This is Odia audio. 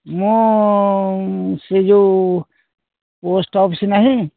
ମୁଁ ସେ ଯେଉଁ ପୋଷ୍ଟ୍ ଅଫିସ୍ ନାହିଁ